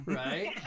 right